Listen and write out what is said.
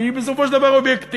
שהוא בסופו של דבר אובייקטיבי,